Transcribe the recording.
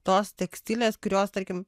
tos tekstilės kurios tarkim